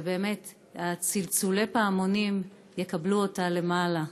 שבאמת צלצולי פעמונים יקבלו אותה למעלה.